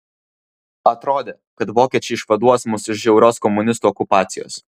atrodė kad vokiečiai išvaduos mus iš žiaurios komunistų okupacijos